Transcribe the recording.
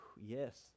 Yes